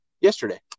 yesterday